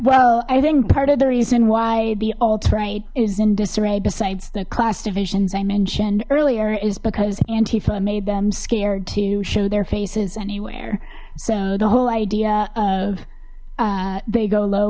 well i think part of the reason why the alt right is in disarray besides the class divisions i mentioned earlier is because anti fur made them scared to show their faces anywhere so the whole idea of they go low